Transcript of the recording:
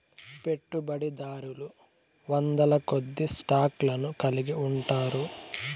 పెట్టుబడిదారులు వందలకొద్దీ స్టాక్ లను కలిగి ఉంటారు